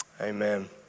Amen